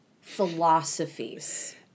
philosophies